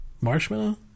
Marshmallow